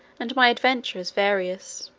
and my adventures various.